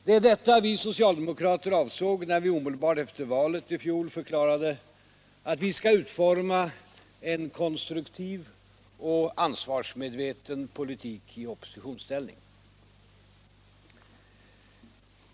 Det var detta vi socialdemokrater avsåg när vi omedelbart efter valet i fjol förklarade att vi skall utforma en konstruktiv och ansvarsmedveten Allmänpolitisk debatt politik i oppositionsställning.